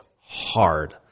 hard